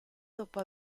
dopo